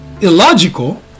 illogical